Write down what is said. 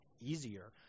easier